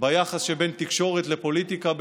ביחס שבין תקשורת לפוליטיקה,